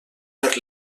per